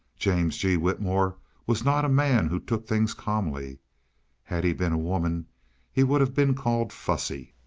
james g. whitmore was not a man who took things calmly had he been a woman he would have been called fussy.